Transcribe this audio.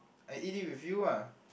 I eat it with you ah